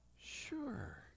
sure